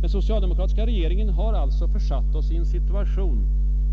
Den socialdemokratiska regeringen har alltså försatt oss i en situation,